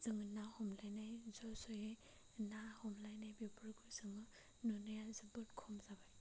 जोङो ना हमलायनाय ज' जयै ना हमलायनाय बेफोरखौ जोङो नुनाया जोबोद खम जाबाय